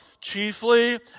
chiefly